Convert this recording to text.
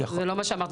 זה לא מה שאמרתי.